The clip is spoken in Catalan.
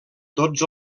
tots